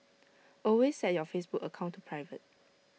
always set your Facebook account to private